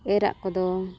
ᱮᱨᱟᱜ ᱠᱚᱫᱚ